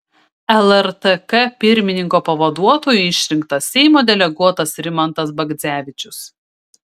lrtk pirmininko pavaduotoju išrinktas seimo deleguotas rimantas bagdzevičius